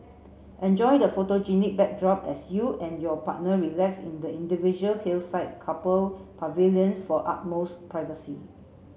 enjoy the photogenic backdrop as you and your partner relax in the individual hillside couple pavilions for utmost privacy